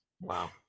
Wow